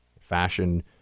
Fashion